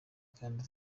kandi